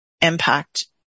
impact